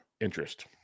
Interest